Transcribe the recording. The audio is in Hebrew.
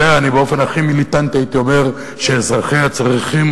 באופן הכי מיליטנטי הייתי אומר שאזרחיה צריכים